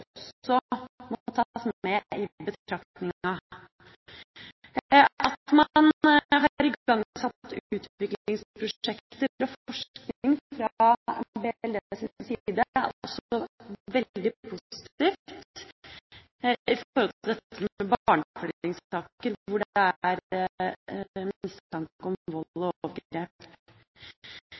tas med i betraktninga. At man har igangsatt utviklingsprosjekter og forskning fra Barne-, likestillings- og inkluderingsdepartementets side, er også veldig positivt når det gjelder barnefordelingssaker hvor det er mistanke om vold og overgrep.